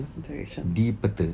direction